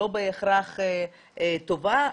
לא בהכרח טובה,